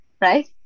right